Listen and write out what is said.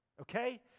Okay